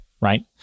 right